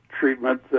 treatment